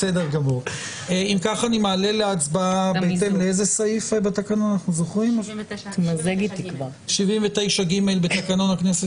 אם כך אני מעלה להצבעה לפי סעיף 79ג לתקנון הכנסת